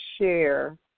share